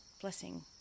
Blessing